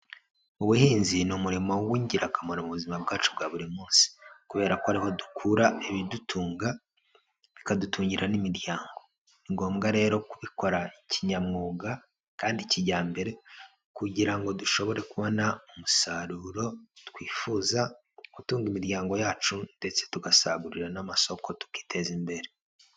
Ubuhinzi ni umurimo w'ingirakamaro mu buzima bwacu bwa buri munsi, kubera ko ariho dukura ibidutunga bikadutungira n'imiryango, ni ngombwa rero kubikora kinyamwuga kandi kijyambere, kugira ngo dushobore kubona umusaruro twifuza utunga imiryango yacu ndetse tugasagurira n'amasoko tukiteza imbere.